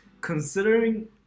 considering